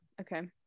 Okay